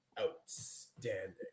outstanding